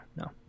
no